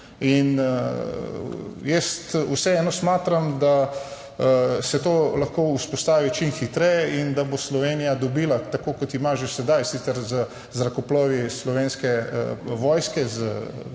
(nadaljevanje) da se to lahko vzpostavi čim hitreje in da bo Slovenija dobila, tako kot ima že sedaj, sicer z zrakoplovi Slovenske vojske,